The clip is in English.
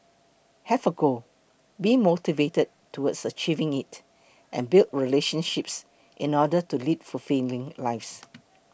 have a goal be motivated towards achieving it and build relationships in order to lead fulfilling lives